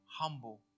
humble